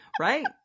Right